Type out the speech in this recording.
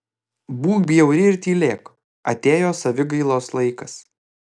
būk bjauri ir tylėk atėjo savigailos laikas